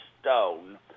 stone